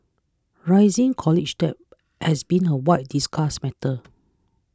rising college debt has been a widely discussed matter